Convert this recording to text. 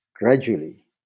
Gradually